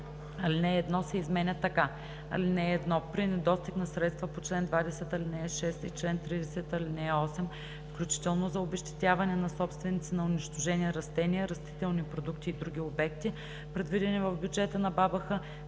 Алинея 1 се изменя така: „(1) При недостиг на средства по чл. 20, ал. 6 и чл. 30, ал. 8, включително за обезщетяване на собственици на унищожени растения, растителни продукти и други обекти, предвидени в бюджета на БАБХ,